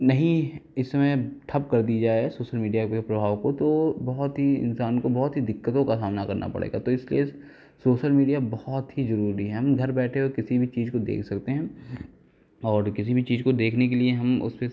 नहीं इस समय ठप कर दी जाए सोसल मीडिया को या प्रभाव को तो बहुत ही इंसान को बहुत ही दिक्कतों का सामना करना पड़ेगा तो इसलिए सोसल मीडिया बहुत ही जरूरी है हम घर बैठे अगर किसी भी चीज को देख सकते हैं और किसी वी चीज को देखने के लिए हम उसपे